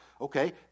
Okay